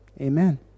amen